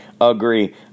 agree